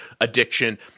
addiction